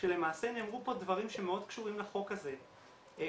שלמעשה נאמרו דברים שמאוד קשורים לחוק הזה כמו